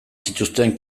zituzten